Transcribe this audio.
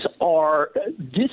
are—this